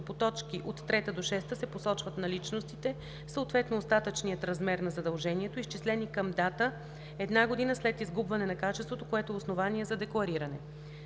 по т. 3 – 6 се посочват наличностите, съответно остатъчният размер на задължението, изчислени към дата една година след изгубване на качеството, което е основание за деклариране.“